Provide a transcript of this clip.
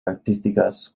artísticas